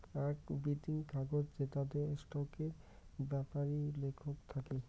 আক বিতিং কাগজ জেতাতে স্টকের বেপারি লেখক থাকি